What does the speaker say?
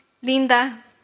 linda